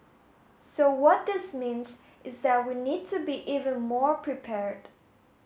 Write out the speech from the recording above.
so what this means is that we need to be even more prepared